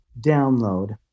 download